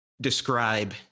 describe